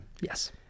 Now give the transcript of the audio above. Yes